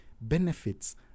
benefits